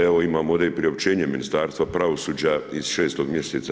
Evo, imam ovdje i priopćenje Ministarstva pravosuđa iz 6. mj.